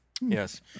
Yes